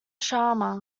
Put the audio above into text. sharma